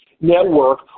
network